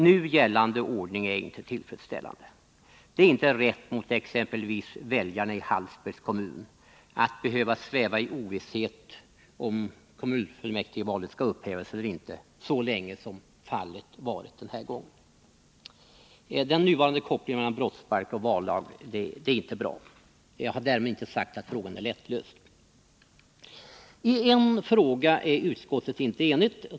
Nu gällande ordning är inte tillfredsställande. Det är éxempelvis inte rätt mot väljarna i Hallsbergs kommun att de skall behöva sväva i ovisshet — så länge som varit fallet den här gången — om huruvida ett kommunfullmäktigeval skall upphävas eller inte. Den nuvarande kopplingen mellan brottsbalk och vallag är inte bra. Jag har därmed inte sagt att frågan är lättlöst. I en fråga är utskottet inte enigt.